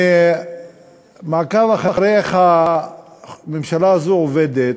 ממעקב אחרי איך הממשלה הזאת עובדת,